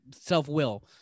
self-will